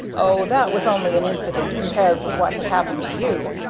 oh, that was only an incident compared with what has happened to you.